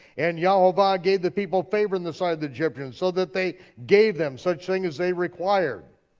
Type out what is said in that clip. and yehovah gave the people favor in the sight of the egyptians so that they gave them such things they required.